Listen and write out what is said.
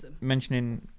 mentioning